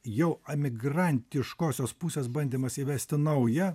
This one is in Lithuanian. jau amigrantiškosios pusės bandymas įvesti naują